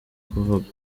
kuvuga